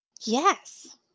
Yes